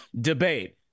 debate